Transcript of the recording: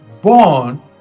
born